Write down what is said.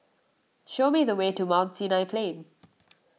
show me the way to Mount Sinai Plain